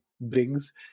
brings